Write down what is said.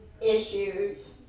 issues